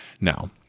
Now